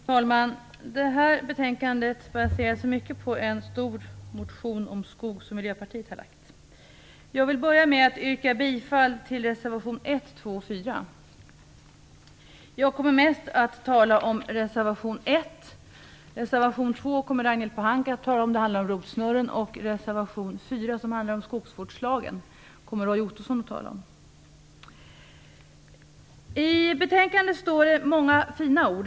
Fru talman! Det här betänkandet baseras mycket på en stor motion om skogen som Miljöpartiet har lagt fram. Jag vill börja med att yrka bifall till reservationerna 1, 2 och 4. Jag kommer mest att tala om reservation 1. Ragnhild Pohanka kommer att tala om reservation 2 som handlar om rotsnurren och Roy Ottosson kommer att tala om reservation 4 som handlar om skogsvårdslagen. I betänkandet finns många fina ord.